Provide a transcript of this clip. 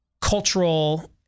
cultural